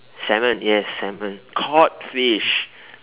salmon yes salmon cod fish